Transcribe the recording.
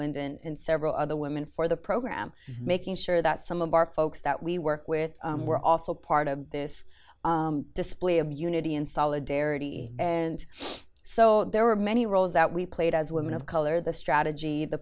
clinton and several other women for the program making sure that some of our folks that we work with were also part of this display of unity and solidarity and so there were many roles that we played as women of color the strategy the